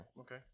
Okay